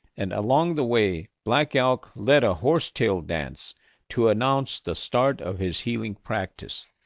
and along the way, black elk led a horsetail dance to announce the start of his healing practice.